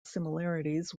similarities